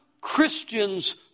Christians